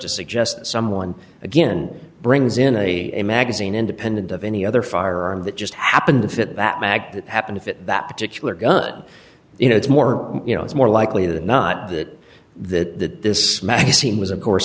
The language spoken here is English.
to suggest someone again brings in a magazine independent of any other firearm that just happened to fit that mag that happened if it that particular gun you know it's more you know it's more likely than not that that this magazine was of course